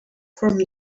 from